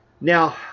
Now